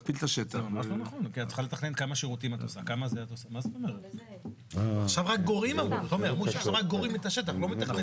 תומר, עכשיו רק גורעים, לא מתכננים.